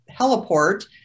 heliport